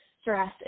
stress